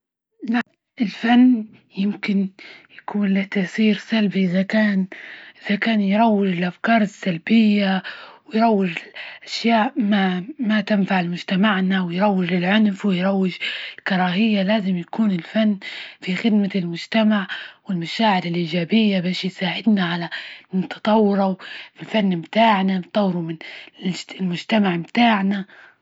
لأ، الفن يمكن يكون له تأثير سلبي، إذا كان- إذا كان يروج الأفكار السلبية ويروج أشياء ما- ما تنفع لمجتمعنا، ويروج للعنف، ويروج الكراهية، لازم يكون الفن في خدمة المجتمع، والمشاعر الإيجابية، بش يساعدنا على تطوره، من الفن متاعنا نطورو من المجتمع متاعنا.